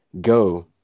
go